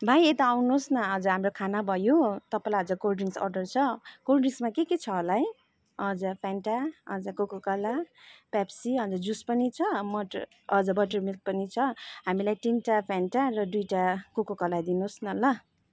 भाइ यता आउनोस् न आज हाम्रो खाना भयो तपाईँलाई हजुर कोल्ड ड्रिन्क अर्डर छ कोल्ड ड्रिन्कस्मा के के छ होला है हजुर फ्यान्टा हजुर कोकोकोला पेप्सी अन्त जुस पनि छ मट हजुर बटर मिल्क पनि छ हामीलाई तिनटा फ्यानटा र दुइटा कोकोकोला दिनुहोस् न ल